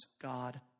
God